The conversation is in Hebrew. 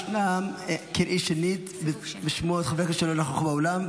קראי שנית בשמות חברי הכנסת שלא נכחו באולם,